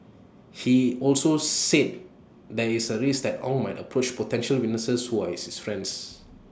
he also said there is A risk that Ong might approach potential witnesses who are his friends